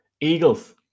Eagles